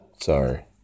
Sorry